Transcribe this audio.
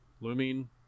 looming